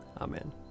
Amen